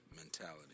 mentality